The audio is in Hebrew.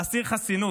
להסיר חסינות,